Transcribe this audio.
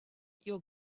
your